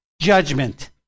Judgment